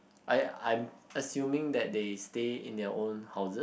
I I'm assuming that they stay in their own houses